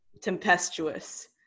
tempestuous